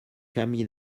camí